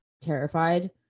terrified